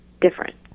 different